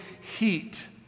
heat